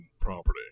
property